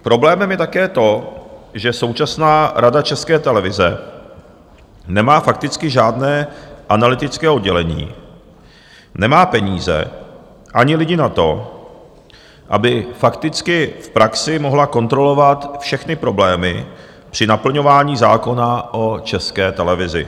Problémem je také to, že současná Rada České televize nemá fakticky žádné analytické oddělení, nemá peníze ani lidi na to, aby fakticky v praxi mohla kontrolovat všechny problémy při naplňování zákona o České televizi.